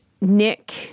Nick